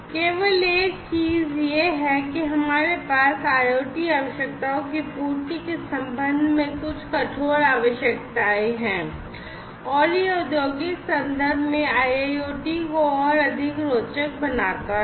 केवल एक चीज यह है कि हमारे पास IoT आवश्यकताओं की पूर्ति के संबंध में कुछ कठोर आवश्यकताएं हैं और यह औद्योगिक संदर्भ में IIoT को और अधिक रोचक बनाता है